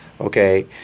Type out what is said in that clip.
Okay